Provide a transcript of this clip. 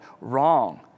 wrong